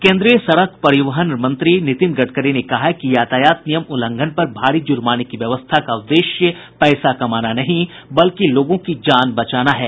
केन्द्रीय सड़क परिवहन मंत्री नितिन गडकरी ने कहा है कि यातायात नियम उल्लंघन पर भारी जुर्माने की व्यवस्था का उद्देश्य पैसा कमाना नहीं बल्कि लोगों की जान बचाना है